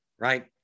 Right